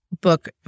book